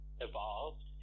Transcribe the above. evolved